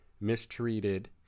mistreated